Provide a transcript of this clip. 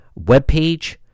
webpage